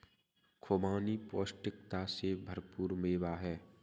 खुबानी पौष्टिकता से भरपूर मेवा है